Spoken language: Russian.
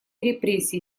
репрессии